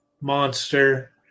monster